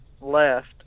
left